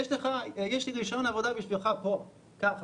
יש לי רישיון עבודה בשבילך פה, קח.